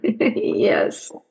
Yes